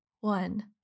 one